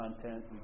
content